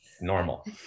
Normal